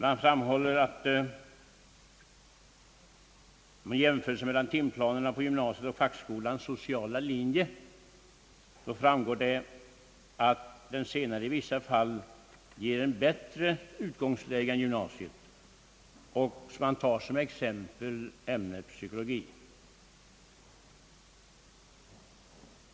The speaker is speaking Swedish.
Man framhåller att vid en jämförelse mellan timplanerna på gymnasiet och fackskolans sociala linje framgår det att den senare i vissa fall ger ett bättre utgångsläge än gymnasiet. Man tar som exempel ämnet psykologi.